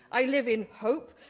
i live in hope,